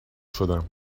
شدم